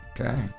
Okay